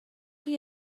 chi